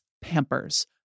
Pampers